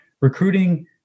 recruiting